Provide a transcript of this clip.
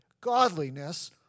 Godliness